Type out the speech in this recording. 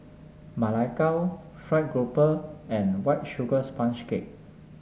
Ma Lai Gao fried grouper and White Sugar Sponge Cake